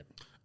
right